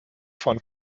von